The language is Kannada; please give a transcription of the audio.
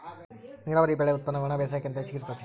ನೇರಾವರಿ ಬೆಳೆ ಉತ್ಪನ್ನ ಒಣಬೇಸಾಯಕ್ಕಿಂತ ಹೆಚಗಿ ಇರತತಿ